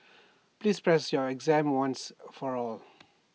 please pass your exam once and for all